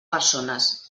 persones